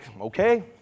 okay